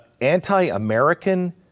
anti-American